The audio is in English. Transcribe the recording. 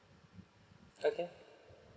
okay